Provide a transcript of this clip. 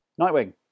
Nightwing